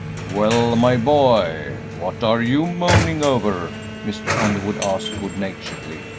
well, my boy, what are you mooning over? mr. underwood asked, good-naturedly,